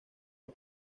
los